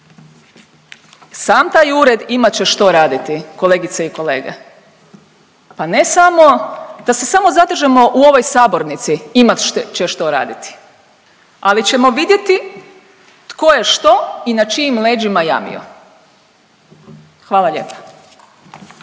Sam taj ured imat će što raditi kolegice i kolege, pa ne samo, da se samo zadržimo u ovoj sabornici imat će što raditi. Ali ćemo vidjeti tko je što i na čijim leđima jamio. Hvala lijepa.